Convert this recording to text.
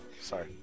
sorry